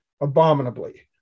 abominably